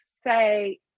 say